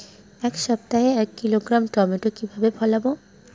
এক সপ্তাহে এক কিলোগ্রাম টমেটো কিভাবে ফলাবো?